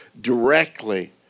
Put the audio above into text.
directly